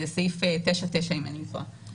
סעיף 9(9) אם אינני טועה.